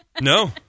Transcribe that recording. No